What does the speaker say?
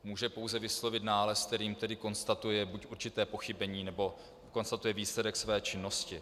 Může pouze vyslovit nález, kterým konstatuje buď určité pochybení, nebo konstatuje výsledek své činnosti.